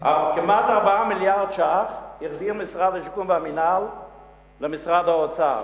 כמעט 4 מיליארדי שקלים החזיר משרד השיכון והמינהל למשרד האוצר.